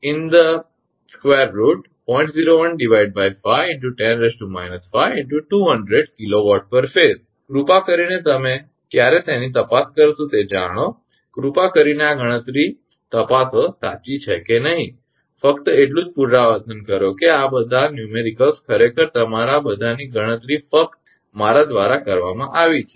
015 × 10−5 × 200 𝑘𝑊𝑝ℎ𝑎𝑠𝑒 કૃપા કરીને તમે ક્યારે તેની તપાસ કરશો તે જાણો કૃપા કરીને આ ગણતરી તપાસો સાચી છે કે નહીં ફક્ત એટલું જ પુનરાવર્તન કરો કે આ બધી સંખ્યાત્મક ખરેખર તમારા બધાની ગણતરી ફક્ત મારા દ્વારા કરવામાં આવી છે